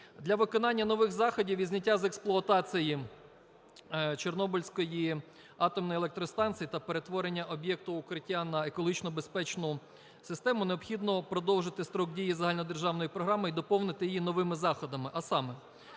Для виконання нових заходів із зняття з експлуатації Чорнобильської атомної електростанції та перетворення об'єкту укриття на екологічно безпечну систему, необхідно продовжити строк дії загальнодержавної програми і доповнити її новими заходами. А саме: